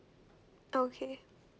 okay